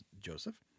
Joseph